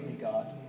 God